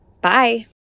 Bye